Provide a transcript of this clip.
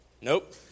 Nope